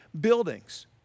buildings